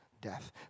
death